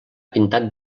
pintat